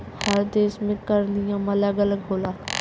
हर देस में कर नियम अलग अलग होला